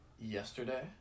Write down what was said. yesterday